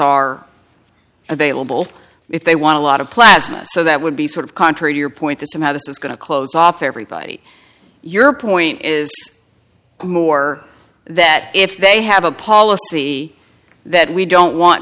are available if they want a lot of plasma so that would be sort of contrary to your point that somehow this is going to close off everybody your point is more that if they have a policy that we don't want